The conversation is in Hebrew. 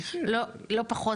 לא פחות,